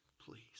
Please